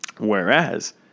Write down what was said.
Whereas